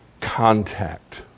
contact